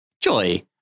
Joy